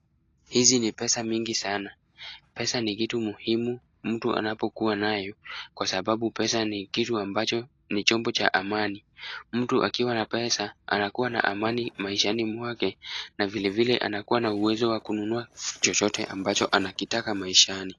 Hizi ni pesa mingi sana. Pesa ni kitu muhimu mtu anapokua nayo kwa sababu pesa ni kitu ambacho ni chombo cha amani. Mtu akiwa na pesa anakua na amani maishani mwake na vilevile anakua na uwezo wa kununua chochote ambacho anakitaka maishani.